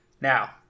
Now